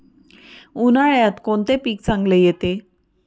उन्हाळ्यात कोणते पीक चांगले येते?